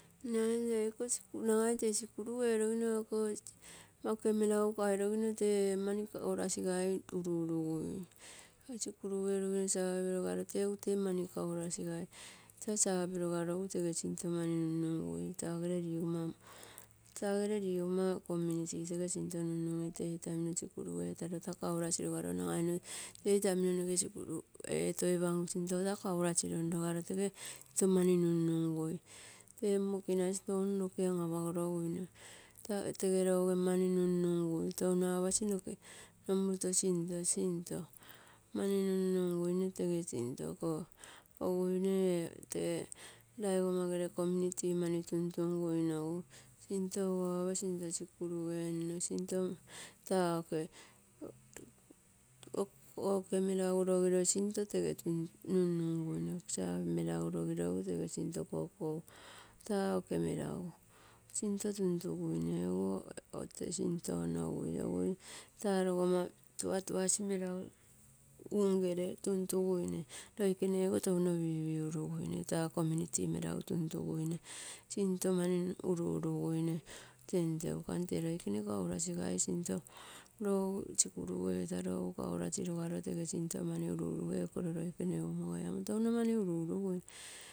Nagai tee sikuru erogino ako oke meragu tee mani kaurasigai uruurugui. Sikuru erogino save rogaro esu tee sinto mani nunnungui tagere rigomma tagere risomma community tee sinto nunnungui tee itamino sikuru etaro taa kaurasiroga ro nagai tee itaminoke sikure eetoipangu sinto nta kaurasi ioniogaro tege sinto mani nunnunuui ee mokinasi tounoke an apagoroguine tege louge mani nunnungui ee touno apasi noke omoto sinto, sinto mani nunnunguine rese sintoko, oguine tee raigomma gere community tuntunguinogu intoko sinto sikuru enino, sinto taa oke oke meragu rogiro sinto tege nunnungui, save meragu rogiro, egu tese sinto koko taa oke meragu sinto tuntugigneo sinto onogui guitaa logomma tuatuasi meragu un ere tubtuguine, loikeneogo touno pipiuruguine taa community meragu tuntuguine sinto mani uru-uruguine tentegu. Nkam tee loikene kaurasigai sinto lou sikuru etaro egu kaurasi logaro tege sinto mani uru-urgui eekoro loikene umogai amo touno mani uru-urugui.